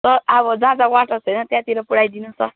sir अब जहाँ जहाँ वाटर छैन त्यहाँतिर पुर्याइदिनु सर